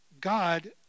God